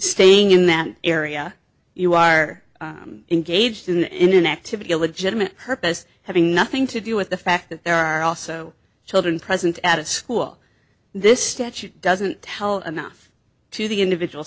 staying in that area you are engaged in in an activity a legitimate purpose having nothing to do with the fact that there are also children present at school this statute doesn't tell enough to the individual